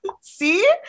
See